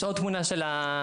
יש עוד תמונה של הטעמים,